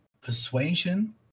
Persuasion